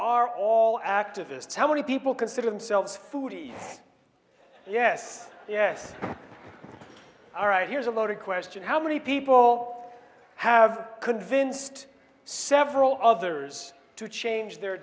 activists how many people consider themselves food yes yes all right here's a loaded question how many people have convinced several others to change their